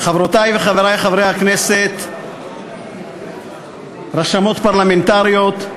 חברותי וחברי חברי הכנסת, רשמות פרלמנטריות,